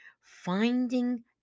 finding